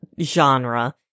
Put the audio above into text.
genre